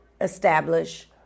establish